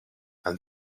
and